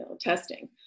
testing